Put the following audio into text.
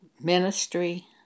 ministry